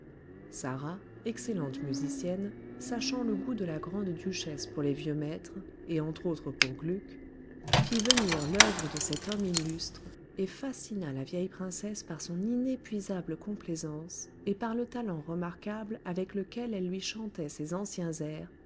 sarah excellente musicienne sachant le goût de la grande-duchesse pour les vieux maîtres et entre autres pour gluck fit venir l'oeuvre de cet homme illustre et fascina la vieille princesse par son inépuisable complaisance et par le talent remarquable avec lequel elle lui chantait ces anciens airs